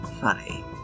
Funny